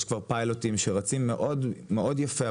ויש כבר פיילוטים שרצים מאוד יפה,